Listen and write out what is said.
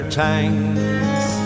tanks